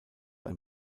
ein